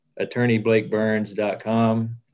attorneyblakeburns.com